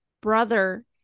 brother